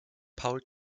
paul